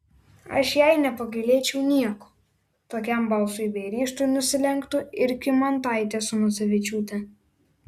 aš jai nepagailėčiau nieko tokiam balsui bei ryžtui nusilenktų ir kymantaitė su nosevičiūte